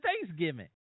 Thanksgiving